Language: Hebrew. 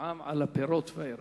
מע"מ על פירות וירקות.